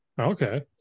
okay